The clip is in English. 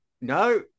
No